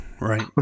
Right